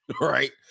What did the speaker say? Right